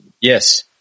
Yes